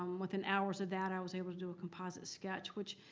um within hours of that, i was able to do a composite sketch. which